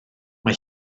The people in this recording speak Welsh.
mae